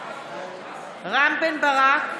רם בן ברק,